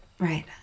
Right